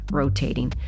rotating